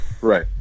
Right